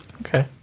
Okay